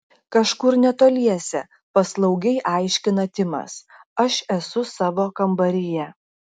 kažkur netoliese paslaugiai aiškina timas aš esu savo kambaryje